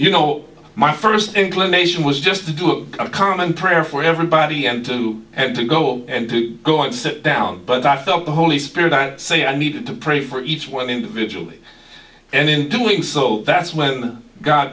you know my first inclination was just to do a common prayer for everybody and to go and to go and sit down but i felt the holy spirit and say i need to pray for each one individually and in doing so that's when god